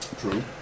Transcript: True